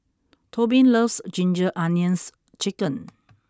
Tobin loves ginger onions chicken